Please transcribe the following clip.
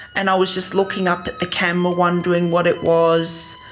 and i was just looking up at the camera wondering what it was,